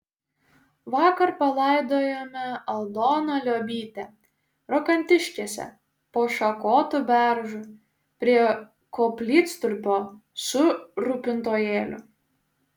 vakar palaidojome aldoną liobytę rokantiškėse po šakotu beržu prie koplytstulpio su rūpintojėliu